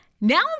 Now